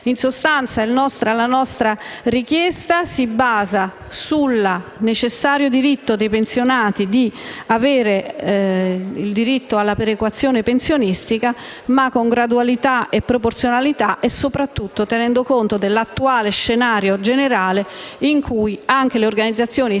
In sostanza la nostra richiesta si basa sulla necessità di riconoscere il diritto dei pensionati ad avere la perequazione pensionistica, ma con gradualità e proporzionalità e, soprattutto, tenendo conto dell'attuale scenario generale, in cui anche le organizzazioni sindacali